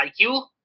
iq